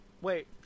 Wait